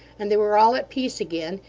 and they were all at peace again,